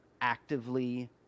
actively